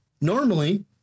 normally